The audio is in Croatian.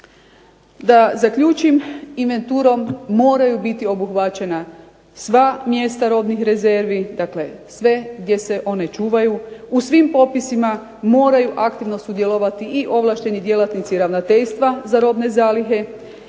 Da zaključim, inventurom moraju biti obuhvaćena sva mjesta robnih rezervi, dakle sve gdje se one čuvaju, u svim popisima moraju aktivno sudjelovati i ovlašteni djelatnici Ravnateljstva za robne zalihe